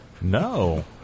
No